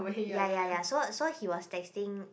ya ya ya so so he was texting